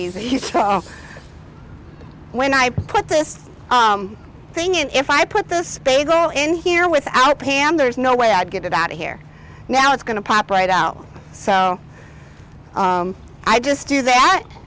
when i put this thing in if i put this bagel in here without pam there's no way i'd get it out of here now it's going to pop right out so i just do that